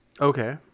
Okay